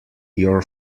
your